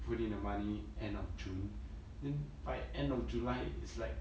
put in the money end of june then by end of july is like